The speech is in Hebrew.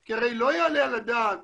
כי הרי לא יעלה על הדעת